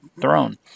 throne